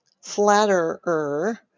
flatterer